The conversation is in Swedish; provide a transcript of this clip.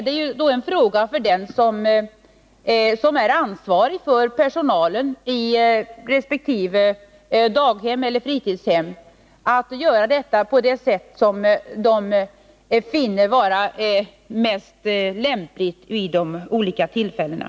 Det blir då en fråga för den som är ansvarig för personalen i daghemmet eller fritidshemmet att lösa problemet på det sätt som befinns vara lämpligast vid de olika tillfällena.